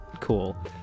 cool